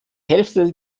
hälfte